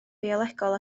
biolegol